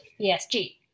esg